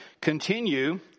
continue